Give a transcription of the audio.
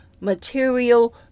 material